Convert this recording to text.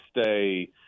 stay